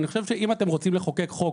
אני חושב שאם אתם רוצים לחוקק חוק